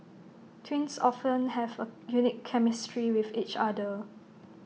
twins often have A unique chemistry with each other